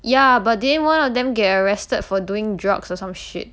ya but then one of them get arrested for doing drugs or some shit